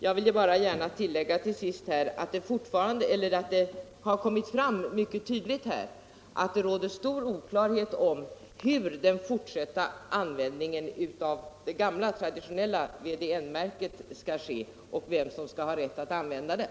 Jag vill till sist gärna tillägga att det nu har kommit fram mycket tydligt att det råder stor oklarhet om hur det gamla, traditionella VDN märket i fortsättningen skall användas och vem som skall ha rätt att använda det.